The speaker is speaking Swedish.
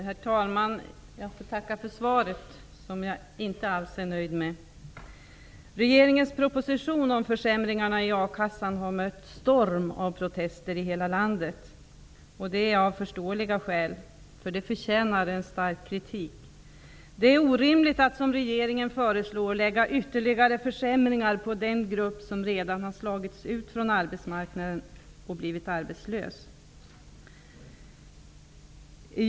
Herr talman! Jag får tacka för svaret, som jag inte alls är nöjd med. Regeringens proposition om försämringarna i akassan har mött en storm av protester över hela landet, av förståeliga skäl. Den förtjänar en stark kritik. Det är orimligt att, som regeringen föreslår, genomföra ytterligare försämringar för den grupp som redan har slagits ut från arbetsmarknaden och blivit arbetslös.